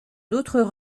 d’autres